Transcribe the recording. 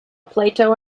plato